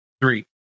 Three